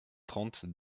trente